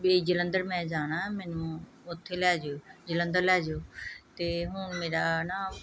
ਵੀ ਜਲੰਧਰ ਮੈਂ ਜਾਣਾ ਮੈਨੂੰ ਉੱਥੇ ਲੈ ਜਾਇਓ ਜਲੰਧਰ ਲੈ ਜਾਇਓ ਅਤੇ ਹੁਣ ਮੇਰਾ ਨਾ